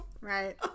Right